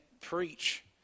preach